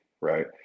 right